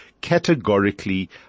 categorically